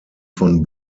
von